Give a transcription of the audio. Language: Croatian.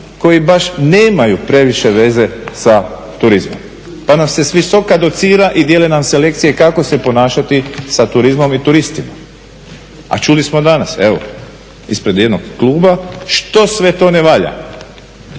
koji baš nemaju previše veze sa turizmom. Pa nam se s visoka docira i dijele nam se lekcije kako se ponašati sa turizmom i turistima, a čuli smo danas ispred jednog kluba što sve to ne valja.